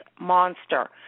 monster